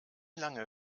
lange